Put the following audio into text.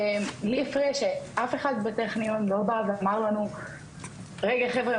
לי הפריע שאף אחד בטכניון לא בא ואמר לנו רגע חבר'ה,